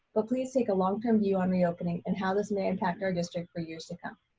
but please take a long term view on reopening and how this may impact our district for years to come.